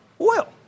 oil